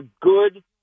good